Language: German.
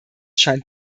scheint